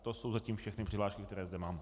To jsou zatím všechny přihlášky, které zde mám.